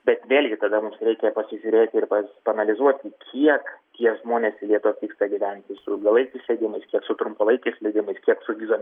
bet vėlgi tada mums reikia pasižiūrėti ir pas paanalizuoti kiek tie žmonės į lietuvą atvyksta gyventi su ilgalaikiais leidimais kiek su trumpalaikiais leidimais kiek su vizom